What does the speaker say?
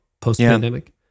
post-pandemic